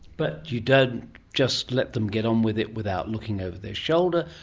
but you don't just let them get on with it without looking over their shoulder.